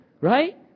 right